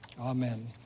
Amen